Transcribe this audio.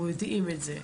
אנחנו יודעים את זה.